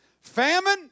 Famine